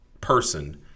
person